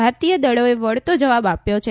ભારતીય દળોએ વળતો જવાબ આપ્યો છ